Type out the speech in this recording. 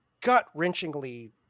gut-wrenchingly